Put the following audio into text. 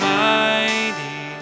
mighty